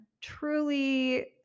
truly